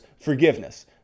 forgiveness